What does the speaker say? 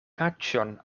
kaĉon